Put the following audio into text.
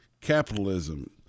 capitalism